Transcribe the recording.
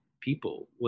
people